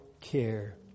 care